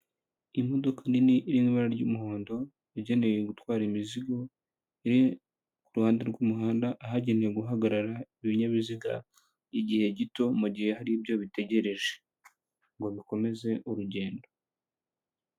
Imodoka nini iri mu bara ry'umuhondo yagenewe gutwara imizigo iri ku ruhande rw'umuhanda ahagenewe guhagarara ibinyabiziga igihe gito mu gihe hari ibyo bitegereje ngo bikomeze urugendo.